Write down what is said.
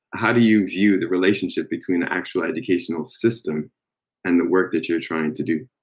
how do you view the relationship between the actual educational system and the work that you're trying to do?